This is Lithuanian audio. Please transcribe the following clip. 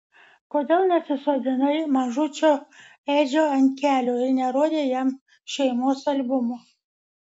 kodėl nesisodinai mažučio edžio ant kelių ir nerodei jam šeimos albumo